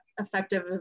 effective